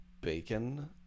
bacon